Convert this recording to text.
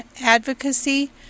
Advocacy